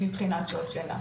מבחינת שעות שינה.